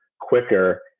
quicker